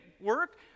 work